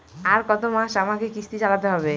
আর কতমাস আমাকে কিস্তি চালাতে হবে?